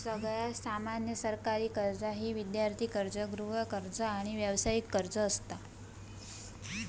सगळ्यात सामान्य सरकारी कर्जा ही विद्यार्थी कर्ज, गृहकर्ज, आणि व्यावसायिक कर्ज असता